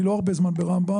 אני לא הרבה זמן ברמב"ם,